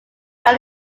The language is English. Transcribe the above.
that